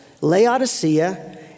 Laodicea